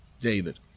David